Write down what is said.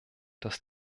dass